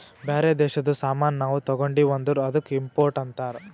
ಬ್ಯಾರೆ ದೇಶದು ಸಾಮಾನ್ ನಾವು ತಗೊಂಡಿವ್ ಅಂದುರ್ ಅದ್ದುಕ ಇಂಪೋರ್ಟ್ ಅಂತಾರ್